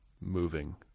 moving